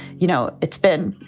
you know, it's been